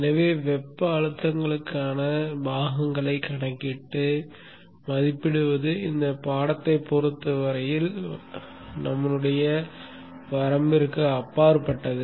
எனவே வெப்ப அழுத்தங்களுக்கான பாகங்களைக் கணக்கிட்டு மதிப்பிடுவது இந்தப் பாடத்தைப் பொறுத்த வரையில் வரம்பிற்கு அப்பாற்பட்டது